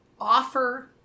offer